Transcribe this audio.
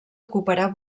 ocuparà